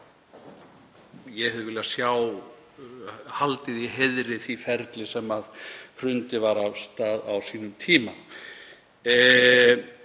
Ég hefði viljað sjá haldið í heiðri því ferli sem hrundið var af stað á sínum tíma.